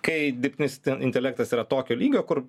kai dirbtinis intelektas yra tokio lygio kur